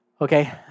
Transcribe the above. Okay